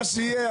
מה שיהיה,